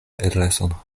adreson